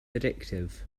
addictive